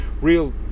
real